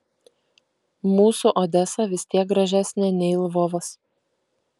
mūsų odesa vis tiek gražesnė nei lvovas